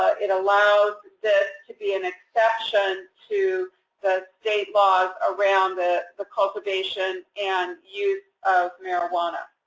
ah it allows this to be an exception to the state laws around the the cultivation and use of marijuana.